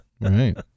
right